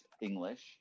English